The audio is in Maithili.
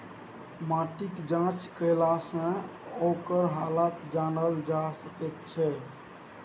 माटिक जाँच केलासँ ओकर हालत जानल जा सकैत छै